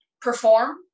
perform